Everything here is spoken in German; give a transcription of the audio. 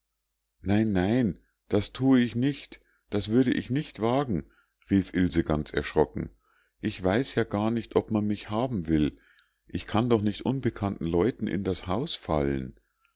nein nein das thue ich nicht das würde ich nicht wagen rief ilse ganz erschrocken ich weiß ja gar nicht ob man mich haben will ich kann doch nicht unbekannten leuten in das haus fallen